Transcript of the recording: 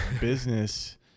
business